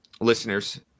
listeners